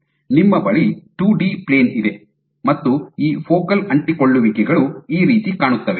ನಿಮ್ಮ ಬಳಿ two D plane ಇದೆ ಮತ್ತು ಈ ಫೋಕಲ್ ಅಂಟಿಕೊಳ್ಳುವಿಕೆಗಳು ಈ ರೀತಿ ಕಾಣುತ್ತವೆ